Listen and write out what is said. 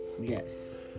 Yes